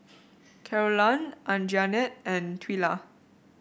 Carolann Anjanette and Twila